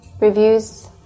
reviews